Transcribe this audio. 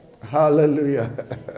Hallelujah